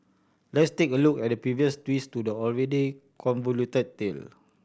let's take a look at the previous twist to the already convoluted tale